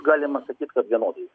galima sakyt kad vienodai